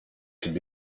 could